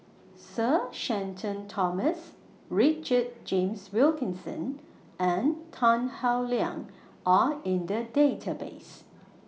Sir Shenton Thomas Richard James Wilkinson and Tan Howe Liang Are in The Database